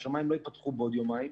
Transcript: השמיים לא ייפתחו בעוד יומיים.